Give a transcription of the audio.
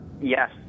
Yes